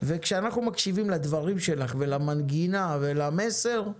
וכשאנחנו מקשיבים לדברים שלך ולמנגינה ולמסר,